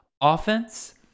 offense